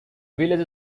village